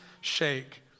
shake